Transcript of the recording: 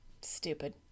Stupid